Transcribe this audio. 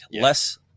Less